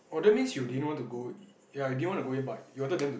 oh that means you didn't want to go ya you didn't want to go in but you wanted them to